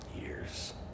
Years